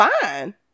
fine